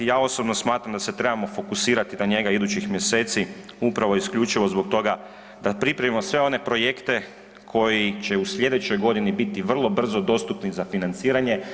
Ja osobno smatram da se trebamo fokusirati na njega idućih mjeseci upravo isključivo zbog toga da pripremimo sve one projekte koji će u slijedećoj godini biti vrlo brzo dostupni za financiranje.